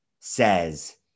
says